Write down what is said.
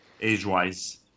age-wise